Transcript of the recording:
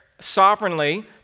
sovereignly